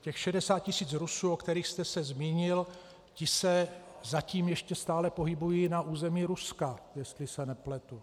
Těch 60 tisíc Rusů, o kterých jste se zmínil, ti se zatím ještě stále pohybují na území Ruska, jestli se nepletu.